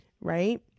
Right